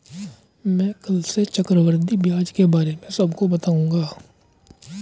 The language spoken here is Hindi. मैं कल से चक्रवृद्धि ब्याज के बारे में सबको बताऊंगा